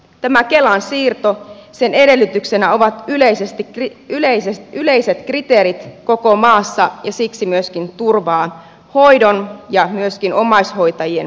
tämän kelaan siirron edellytyksenä ovat yleiset kriteerit koko maassa ja siksi se turvaa hoidon ja myöskin omaishoitajien jaksamisen